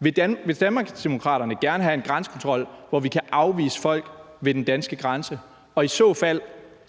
Vil Danmarksdemokraterne gerne have en grænsekontrol, hvor vi kan afvise folk ved den danske grænse? I så fald